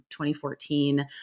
2014